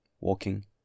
walking